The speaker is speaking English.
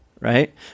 right